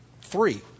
three